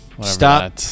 stop